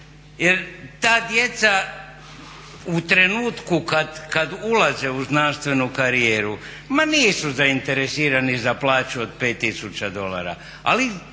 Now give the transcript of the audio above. Jer ta djeca u trenutku kad ulaze u znanstvenu karijeru ma nisu zainteresirani za plaću od 5 tisuća dolara.